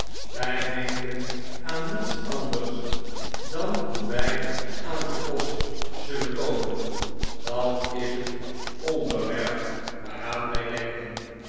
wij denken aan niets anders dan hoe wij aan den kost zullen komen dat is het onderwerp waaraan wn denken